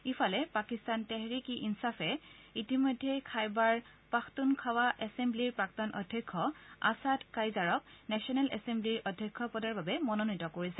ইফালে পাকিস্তান তেহৰিক ই ইলাফে ইতিমধ্যে খাইবাৰ পাখটুনখাৱা এছেম্বলিৰ প্ৰাক্তন অধ্যক্ষ আছাদ কাইজাৰক নেছনেল এছেম্বলিৰ অধ্যক্ষ পদৰ বাবে মনোনীত কৰিছে